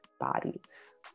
bodies